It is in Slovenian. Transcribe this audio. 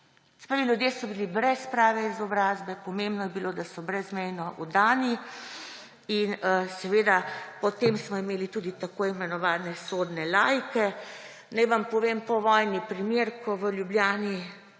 pravi, ljudje so bili brez prave izobrazbe, pomembno je bilo, da so brezmejno vdani. Potem smo imeli tudi tako imenovane sodne laike. Naj vam povem po vojni primer, ko v Ljubljani